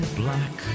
black